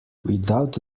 without